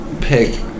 pick